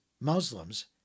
Muslims